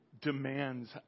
demands